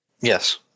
Yes